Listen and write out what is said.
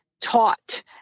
taught